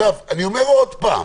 אני אומר עוד פעם